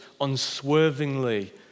unswervingly